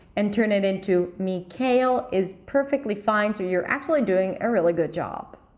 and turn it into mikhail is perfectly fine. so you're actually doing a really good job.